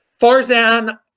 Farzan